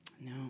No